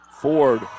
Ford